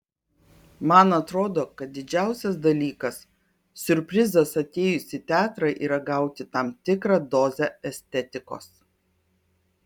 man atrodo kad didžiausias dalykas siurprizas atėjus į teatrą yra gauti tam tikrą dozę estetikos